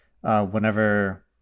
whenever